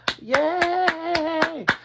yay